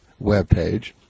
webpage